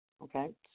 Okay